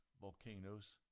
volcanoes